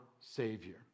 savior